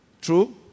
True